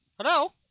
Hello